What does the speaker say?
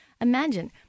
Imagine